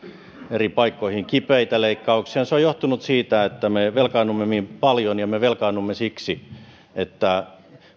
eri paikkoihin kipeitä leikkauksia on johtunut siitä että me velkaannumme niin paljon ja me me velkaannumme siksi että